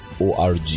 org